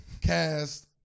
cast